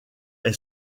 est